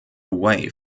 away